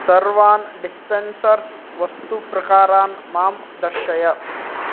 सर्वान् डिस्पेन्सर्स् वस्तुप्रकारान् मां दर्शय